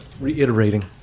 reiterating